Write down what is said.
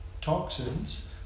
toxins